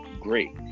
great